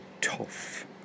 tough